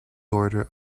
order